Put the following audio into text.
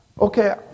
okay